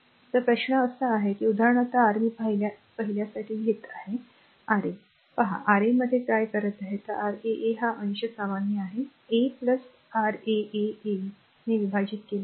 तर प्रश्न असा आहे की उदाहरणार्थ r मी पहिल्यासाठी घेत असलेल्या Ra पहा Ra त्यामध्ये काय करत आहे r a a हा अंश सामान्य आहे a r a R a R a हे Ra ने विभाजित केले आहे